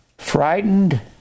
frightened